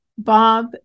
Bob